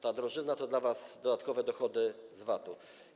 Ta drożyzna to dla was dodatkowe dochody z VAT-u.